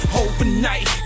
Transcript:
overnight